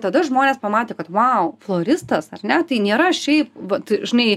tada žmonės pamatė kad vau floristas ar ne tai nėra šiaip vat žinai